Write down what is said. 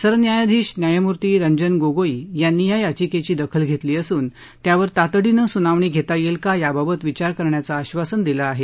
सरन्यायाधीश न्यायमूर्ती रंजन गोगोई यांनी या याचिकेची दखल घेतली असून त्यावर तातडीनं सुनावणी घेता येईल का याबाबत विचार करण्याचं आश्वासन दिलं आहे